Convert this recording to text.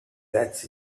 that